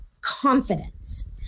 confidence